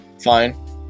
fine